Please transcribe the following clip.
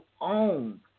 own